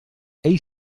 ell